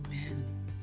Amen